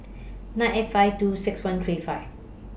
nine eight five two six one three five